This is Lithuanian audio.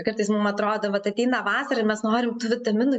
kartais mum atrodo vat ateina vasara ir mes norim vitaminų